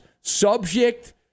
subject